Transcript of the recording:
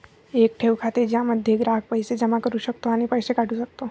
एक ठेव खाते ज्यामध्ये ग्राहक पैसे जमा करू शकतो आणि पैसे काढू शकतो